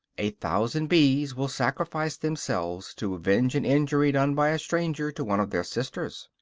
a thousand bees will sacrifice themselves to avenge an injury done by a stranger to one of their sisters.